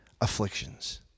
afflictions